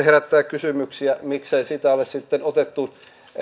herättää kysymyksiä miksei sitä ole sitten otettu